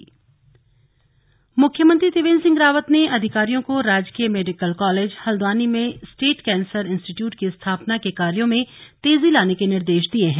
state Cancer Institute मुख्यमंत्री त्रिवेन्द्र सिंह रावत ने अधिकारियों को राजकीय मेडिकल कॉलेज हल्द्वानी में स्टेट कैंसर इन्स्टीट्यूट की स्थापना के कार्यों में तेजी लाने के निर्देश दिये है